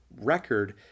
record